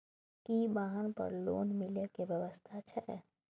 की वाहन पर लोन मिले के व्यवस्था छै?